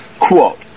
Quote